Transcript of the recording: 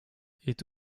est